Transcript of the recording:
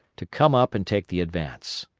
to come up and take the advance.